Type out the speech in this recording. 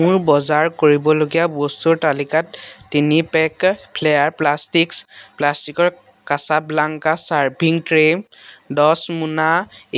মোৰ বজাৰ কৰিবলগীয়া বস্তুৰ তালিকাত তিনি পেক ফ্লেয়াৰ প্লাষ্টিকছ প্লাষ্টিকৰ কাছাব্লাংকা চাৰ্ভিং ট্ৰে দহ মোনা